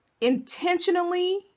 intentionally